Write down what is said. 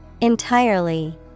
Entirely